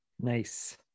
Nice